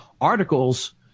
articles